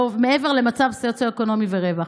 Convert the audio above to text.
מעבר למצב סוציו-אקונומי ורווח.